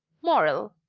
moral.